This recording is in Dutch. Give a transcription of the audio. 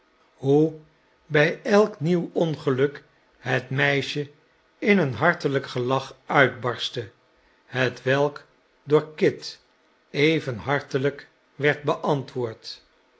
hoe bij elk nieuw ongeluk het meisje in een hartelijk gelach uitbarstte hetwelk door kit even hartelijk werd beantwoord